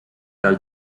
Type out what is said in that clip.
del